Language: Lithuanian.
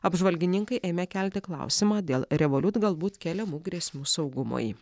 apžvalgininkai ėmė kelti klausimą dėl revolut galbūt keliamų grėsmių saugumui